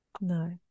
No